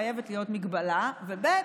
חייבת להיות מגבלה, ב.